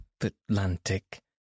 Atlantic